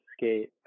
skate